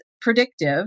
predictive